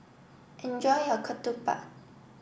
enjoy your Ketupat